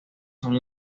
son